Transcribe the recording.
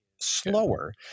slower